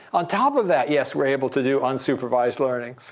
on top of that, yes, we're able to do unsupervised learning.